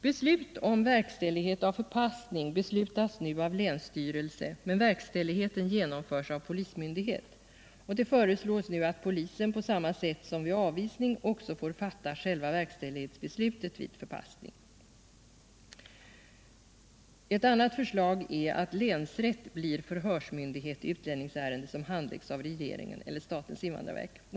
Beslut om verkställighet av förpassning fattas nu av länsstyrelse, men verkställigheten handhas av polismyndighet. Det föreslås nu att polisen på samma sätt som vid avvisning också skall fatta själva verkställighetsbeslutet vid förpassning. Ett annat förslag är att länsrätt blir förhörsmyndighet i utlänningsärende som handläggs av regeringen eller statens invandrarverk.